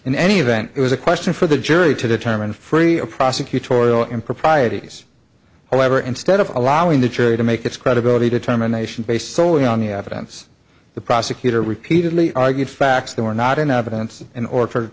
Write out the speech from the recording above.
in any event it was a question for the jury to determine free of prosecutorial improprieties however instead of allowing the church to make its credibility determination based solely on the evidence the prosecutor repeatedly argued facts that were not in evidence in order